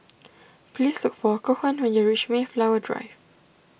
please look for Cohen when you reach Mayflower Drive